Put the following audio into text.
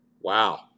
Wow